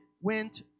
went